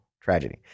tragedy